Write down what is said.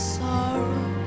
sorrow